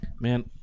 Man